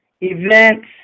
events